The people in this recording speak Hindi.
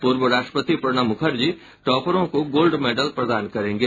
पूर्व राष्ट्रपति प्रणब मुखर्जी टॉपरों को गोल्ड मेडल प्रदान करेंगे